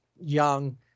young